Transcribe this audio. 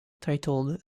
titled